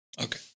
okay